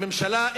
הממשלה,